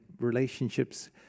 relationships